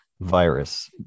virus